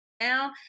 Now